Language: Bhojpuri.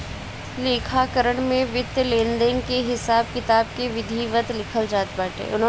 लेखाकरण में वित्तीय लेनदेन के हिसाब किताब के विधिवत लिखल जात बाटे